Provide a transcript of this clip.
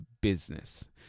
business